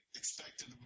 expected